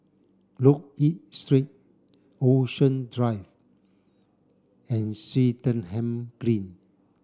Loke Yew Street Ocean Drive and Swettenham Green